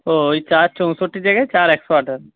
ও ওই চার চৌষট্টির জায়গায় চার একশো আঠাশ